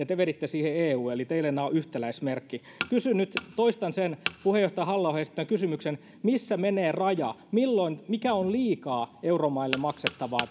te veditte siihen eun eli teille näissä on yhtäläismerkki kysyn nyt ja toistan sen puheenjohtaja halla ahon esittämän kysymyksen missä menee raja mikä on liikaa tätä euromaille maksettavaa